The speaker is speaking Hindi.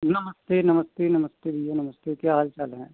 नमस्ते नमस्ते नमस्ते भैया नमस्ते क्या हाल चाल हैं